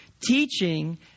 teaching